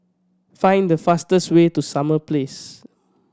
find the fastest way to Summer Place